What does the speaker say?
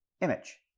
image